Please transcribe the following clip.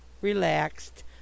relaxed—